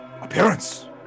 appearance